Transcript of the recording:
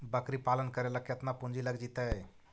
बकरी पालन करे ल केतना पुंजी लग जितै?